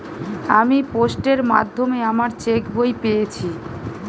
আমি পোস্টের মাধ্যমে আমার চেক বই পেয়েছি